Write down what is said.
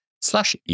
slash